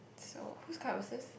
so whose cup was this